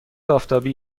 آفتابی